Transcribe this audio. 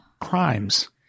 crimes